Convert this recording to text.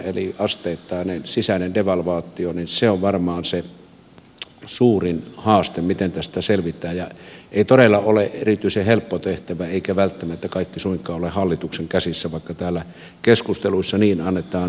eli asteittainen sisäinen devalvaatio se on varmaan se miten tästä selvitään ja se ei todella ole erityisen helppo tehtävä eikä välttämättä kaikki suinkaan ole hallituksen käsissä vaikka täällä keskusteluissa niin annetaan ymmärtää